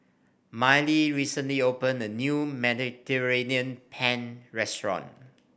Mylee recently opened a new Mediterranean Penne Restaurant